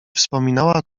wspominała